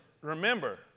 remember